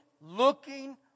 looking